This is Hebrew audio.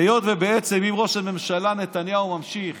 היות שבעצם אם ראש הממשלה נתניהו ממשיך